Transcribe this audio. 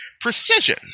precision